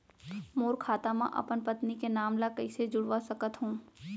मोर खाता म अपन पत्नी के नाम ल कैसे जुड़वा सकत हो?